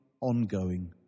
ongoing